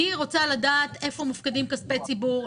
אני רוצה לדעת איפה מופקדים כספי ציבור,